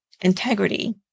integrity